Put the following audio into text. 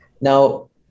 Now